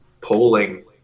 polling